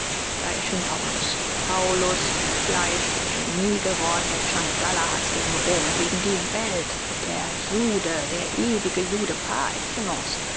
da erschien paulus paulus der fleisch der geniegewordne tschandala haß gegen rom gegen die welt der jude der ewige jude par excellence